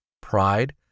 pride